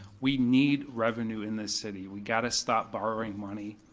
we need revenue in the city, we gotta stop borrowing money.